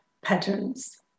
patterns